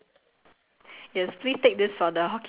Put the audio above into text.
okay regardless okay paiseh